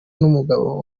n’umugabo